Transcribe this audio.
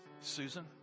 Susan